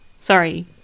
Sorry